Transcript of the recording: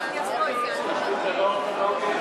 ההצעה להעביר